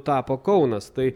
tapo kaunas tai